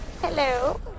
Hello